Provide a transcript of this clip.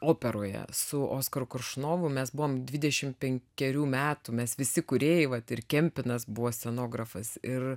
operoje su oskaru koršunovu mes buvom dvidešimt penkerių metų mes visi kūrėjai vat ir kempinas buvo scenografas ir